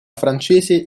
francese